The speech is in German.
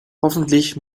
hoffentlich